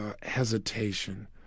hesitation